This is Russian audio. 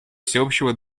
всеобщего